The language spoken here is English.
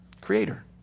Creator